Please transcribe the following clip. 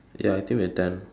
ya I think we are done